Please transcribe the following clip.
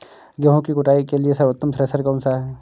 गेहूँ की कुटाई के लिए सर्वोत्तम थ्रेसर कौनसा है?